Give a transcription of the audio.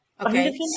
okay